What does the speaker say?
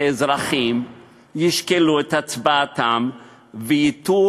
שאזרחים ישקלו את הצבעתם וייטו